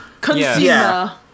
Consumer